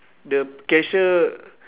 the cashier